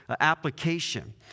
application